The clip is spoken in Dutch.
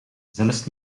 zelfs